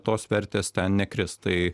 tos vertės ten nekris tai